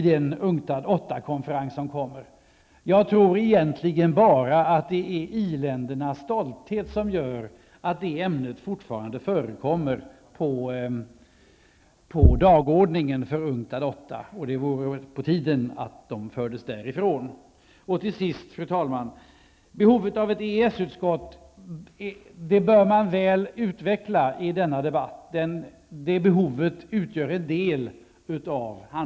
Det är nog egentligen bara i-ländernas stolthet som gör att detta ämne fortfarande förekommer på UNCTAD 8:s dagordning. Det vore på tiden att det avfördes. Till sist, fru talman, bör man i denna debatt väl utveckla behovet av ett EES-utskott.